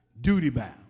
duty-bound